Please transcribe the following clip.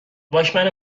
واکمن